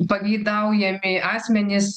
pageidaujami asmenys